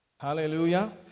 Hallelujah